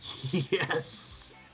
Yes